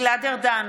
גלעד ארדן,